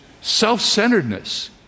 self-centeredness